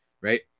right